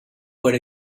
por